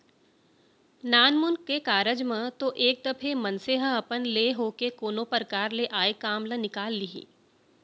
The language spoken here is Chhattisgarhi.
नानमुन के कारज म तो एक दफे मनसे ह अपन ले होके कोनो परकार ले आय काम ल निकाल लिही